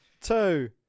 Two